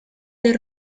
del